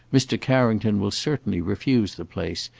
mr. carrington will certainly refuse the place,